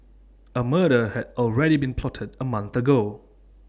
A murder had already been plotted A month ago